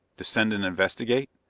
descend and investigate?